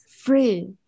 free